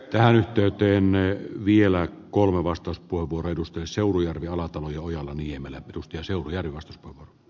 tähän yhteyteen vielä kolme vastus puvut edustaja seurujärvi alatalo ja ojala niemelä puhkesi ovi tuntureilla